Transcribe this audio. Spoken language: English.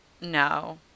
no